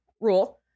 rule